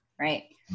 right